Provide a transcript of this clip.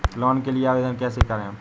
Loan के लिए आवेदन कैसे करें?